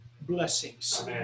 blessings